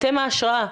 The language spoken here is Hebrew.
אתם ההשראה.